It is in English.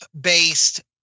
based